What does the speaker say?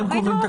אתם קובעים את